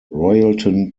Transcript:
royalton